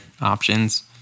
options